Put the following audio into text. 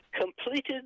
completed